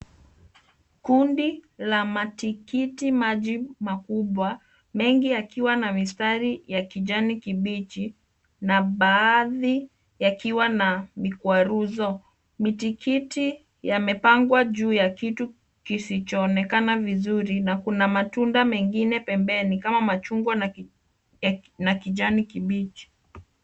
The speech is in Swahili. Kundi la matikitimaji makubwa, mengi yakiwa na mistari ya kijani kibichi na baadhi yakiwa na mikwaruzo. Mitikii yamepangwa juu ya kitu kisichoonekana vizuri na kuna matunda mengine pembeni kama machungwa na kijani kibichi.